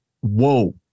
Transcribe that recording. whoa